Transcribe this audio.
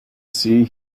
see